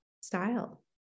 style